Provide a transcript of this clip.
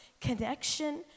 connection